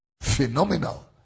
phenomenal